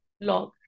log